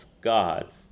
gods